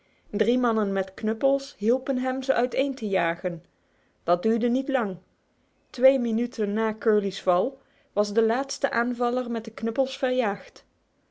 drie mannen met knuppels hielpen hem ze uiteenjagen dat duurde niet lang twee minuten na curly's val was de laatste aanvaller met de knuppels verjaagd